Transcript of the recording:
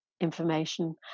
information